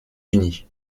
unis